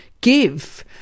give